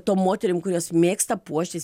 tom moterim kurios mėgsta puoštis